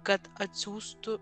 kad atsiųstų